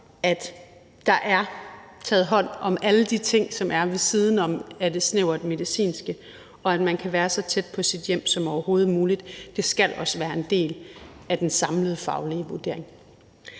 at der er taget hånd om alle de ting, som er ved siden af det snævert medicinske, og at man kan være så tæt på sit hjem som overhovedet muligt. Det skal også være en del af den samlede faglige vurdering.